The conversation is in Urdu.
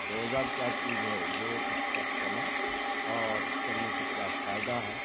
روزہ کیا چیز ہے جو اس پر چلیں اور چلنے سے کیا فائدہ ہے